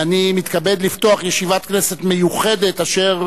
ואני מתכבד לפתוח ישיבת כנסת מיוחדת אשר